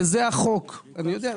זה הערכות גסות כי לדלות את הנתונים היה